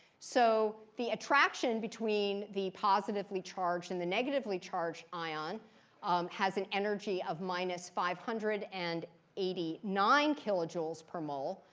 so the attraction between the positively charged and the negatively charged ion has an energy of minus five hundred and eighty nine kilojoules per mol,